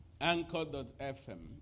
Anchor.fm